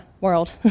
world